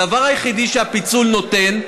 הדבר היחידי שהפיצול נותן,